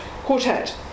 Quartet